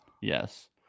Yes